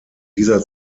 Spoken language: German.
dieser